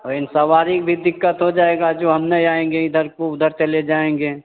और इन सवारी भी दिक़्क़त हो जाएगा जो हम नहीं आएँगे इधर को उधर चले जाएँगे